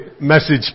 message